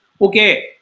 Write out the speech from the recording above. Okay